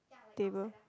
table